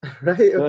Right